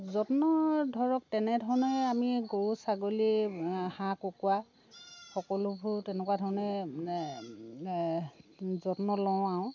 যত্ন ধৰক তেনেধৰণেই আমি গৰু ছাগলী হাঁহ কুকুৰা সকলোবোৰ তেনেকুৱা ধৰণেই যত্ন লওঁ আও